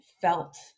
felt